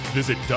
Visit